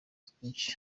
twinshi